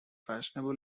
fashionable